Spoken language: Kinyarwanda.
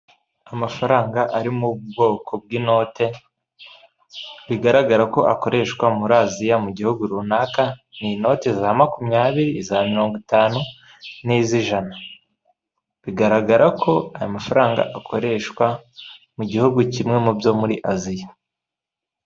Amafaranga ari mu bwoko bw'inote, biragaragara ko akoreshwa muri Aziya mu gihugu runaka, ni inote za makunyabiri, izamirongo itanu, niz'ijana. Bigaragara ko ayo mafaranga akoreshwa mu gihugu kimwe mu byo muri Aziya.